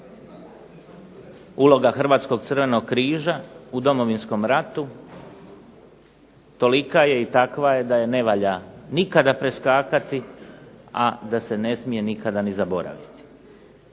Uloga Hrvatskog Crvenog križa u Domovinskom ratu tolika je i takva je da je ne valja nikada preskakati, a da se ne smije nikada ni zaboraviti.